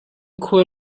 khua